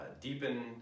deepen